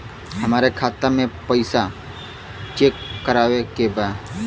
हमरे खाता मे पैसा चेक करवावे के बा?